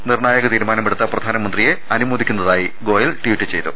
നിർണായക തീരുമാന മെടുത്ത പ്രധാനമന്ത്രിയെ അനുമോദിക്കുന്നതായും ഗോയൽ ട്വീറ്റ് ചെയ്തു